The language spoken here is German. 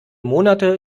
monate